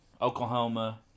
Oklahoma